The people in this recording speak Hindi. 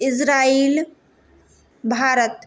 इज़राइल भारत